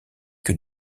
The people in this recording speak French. que